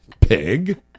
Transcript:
Pig